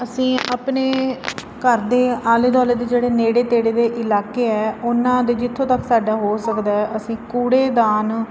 ਅਸੀਂ ਆਪਣੇ ਘਰ ਦੇ ਆਲੇ ਦੁਆਲੇ ਦੇ ਜਿਹੜੇ ਨੇੜੇ ਤੇੜੇ ਦੇ ਇਲਾਕੇ ਹੈ ਉਹਨਾਂ ਦੇ ਜਿੱਥੋਂ ਤੱਕ ਸਾਡਾ ਹੋ ਸਕਦਾ ਅਸੀਂ ਕੂੜੇਦਾਨ